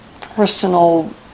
personal